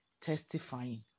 testifying